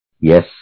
Yes